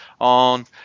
on